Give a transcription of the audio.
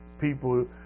people